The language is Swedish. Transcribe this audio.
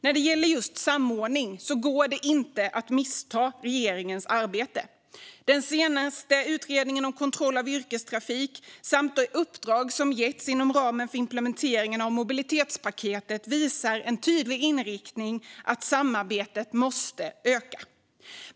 När det gäller just samordning går det inte att missta sig på regeringens arbete. Den senaste utredningen om kontroll av yrkestrafiken samt de uppdrag som getts inom ramen för implementeringen av mobilitetspaketet visar en tydlig inriktning att samarbetet måste öka.